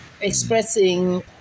Expressing